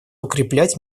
укреплять